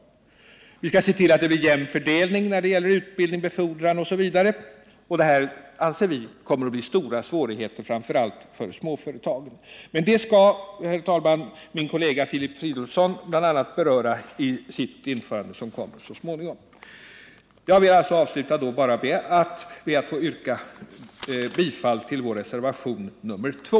Man skall alltså se till att det blir en jämnare fördelning när det gäller utbildning, befordran osv. Där anser vi att det kommer att bli stora svårigheter, framför allt för småföretagen. Men det skall, herr talman, min kollega Filip Fridolfsson bl.a. beröra i sitt anförande som kommer så småningom. Jag vill avsluta med att be att få yrka bifall till vår reservation 2.